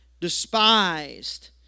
despised